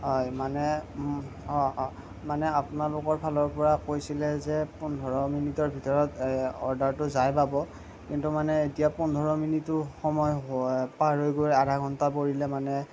হয় ইমানে অঁ অঁ মানে আপোনালোকৰ ফালৰ পৰা কৈছিলে যে পোন্ধৰ মিনিটৰ ভিতৰত অৰ্ডাৰটো যাই পাব কিন্তু মানে এতিয়া পোন্ধৰ মিনিটো সময় পাৰ হৈ আধা ঘণ্টা পৰিলে মানে